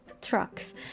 trucks